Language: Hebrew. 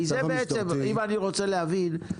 אם אני רוצה להבין,